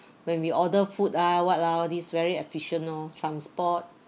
when we order food ah what ah all this very efficient oh transport